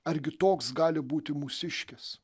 argi toks gali būti mūsiškis